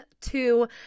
two